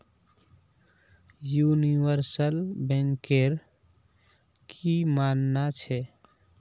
universal banker की मानना छ